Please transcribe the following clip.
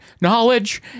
knowledge